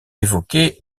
évoqué